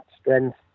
strength